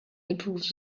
improves